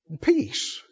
Peace